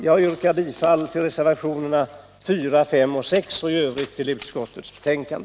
Jag yrkar bifall till reservationerna 4, 5, 6 och i övrigt till utskottets förslag.